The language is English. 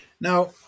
Now